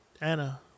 Anna